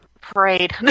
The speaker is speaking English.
parade